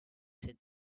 sit